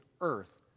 earth